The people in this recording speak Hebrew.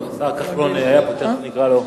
השר כחלון היה פה, תיכף נקרא לו.